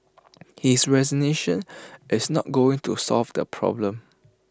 his resignation is not going to solve the problem